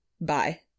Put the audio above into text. Bye